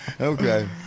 Okay